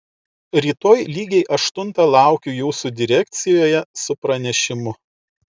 rytoj lygiai aštuntą laukiu jūsų direkcijoje su pranešimu